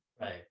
Right